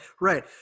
right